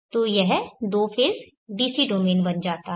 तो यह दो फेज़ DC डोमेन बन जाता है